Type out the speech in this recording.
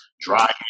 Dry